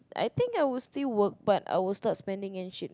I think I will still work but I will start spending and shit